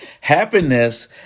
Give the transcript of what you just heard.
Happiness